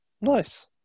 Nice